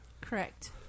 Correct